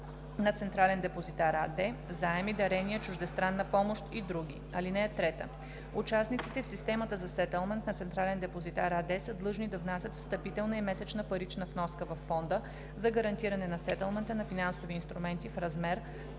на „Централен депозитар“ АД, заеми, дарения, чуждестранна помощ и други. (3) Участниците в системата за сетьлмент на „Централен депозитар“ АД са длъжни да внасят встъпителна и месечна парична вноска във фонда за гарантиране на сетълмента на финансови инструменти в размер,